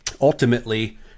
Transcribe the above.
ultimately